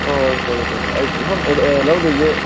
ꯍꯣꯏ ꯍꯣꯏ ꯁꯣꯠꯂꯣ ꯁꯣꯠꯂꯣ ꯁꯣꯝꯅ ꯂꯧꯗꯣꯏꯁꯦ